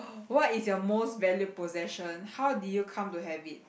what is your most valued possession how did you come to have it